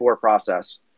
process